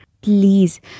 Please